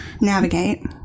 navigate